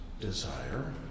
desire